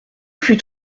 fut